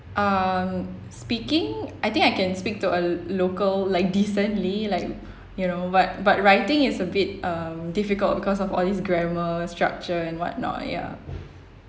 um speaking I think I can speak to a lo~ local like decently like you know but but writing is a bit uh difficult because of all these grammar structure and what not ya